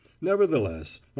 Nevertheless